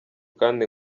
kandi